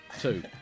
Two